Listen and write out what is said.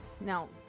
now